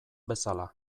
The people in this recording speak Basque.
bezala